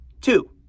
Two